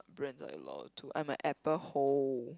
brands I loyal to I'm a Apple hole